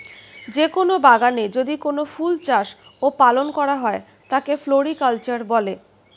যে কোন বাগানে যদি কোনো ফুল চাষ ও পালন করা হয় তাকে ফ্লোরিকালচার বলে